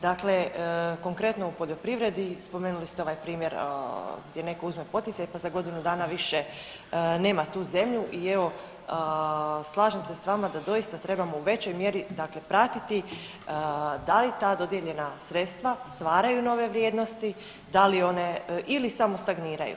Dakle, konkretno u poljoprivredi, spomenulo st ovaj primjer gdje netko uzme poticaj pa za godinu dana više nema tu zemlju i evo, slažem se s vama da doista trebamo u većoj mjeri dakle pratiti da li ta dodijeljena sredstva stvaraju nove vrijednosti ili samo stagniraju.